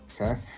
Okay